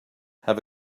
have